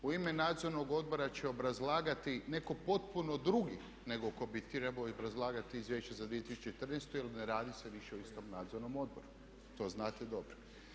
U ime Nadzornog odbora će obrazlagati netko potpuno drugi nego tko bi trebao obrazlagati izvješće za 2014. jer ne radi se više o istom Nadzornom odboru to znate dobro.